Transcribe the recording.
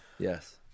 Yes